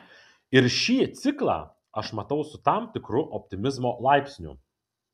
ir šį ciklą aš matau su tam tikru optimizmo laipsniu